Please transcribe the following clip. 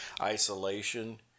isolation